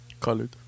Colored